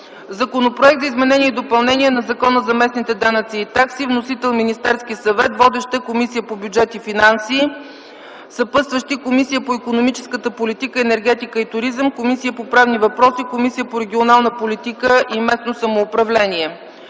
Законопроект за изменение и допълнение на Закона за местните данъци и такси. Вносител е Министерският съвет. Водеща е Комисията по бюджет и финанси. Съпътстващи са Комисията по икономическа политика, енергетика и туризъм, Комисията по правни въпроси и Комисията по регионална политика и местно самоуправление.